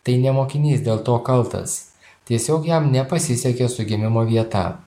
tai ne mokinys dėl to kaltas tiesiog jam nepasisekė su gimimo vieta